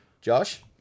Josh